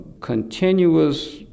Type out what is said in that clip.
continuous